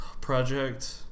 project